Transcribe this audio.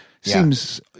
seems